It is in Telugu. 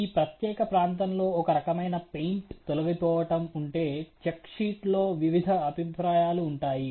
ఈ ప్రత్యేక ప్రాంతంలో ఒక రకమైన పెయింట్ తొలగిపోవటం ఉంటే చెక్ షీట్ లో వివిధ అభిప్రాయాలు ఉంటాయి